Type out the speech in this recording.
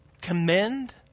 Commend